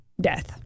death